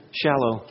shallow